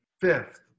fifth